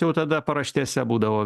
jau tada paraštėse būdavo